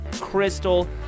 Crystal